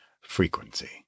Frequency